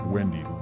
Wendy